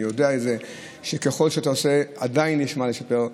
אני יודע שככל שאתה עושה עדיין יש מה לשפר.